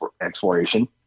exploration